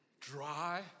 dry